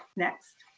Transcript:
next.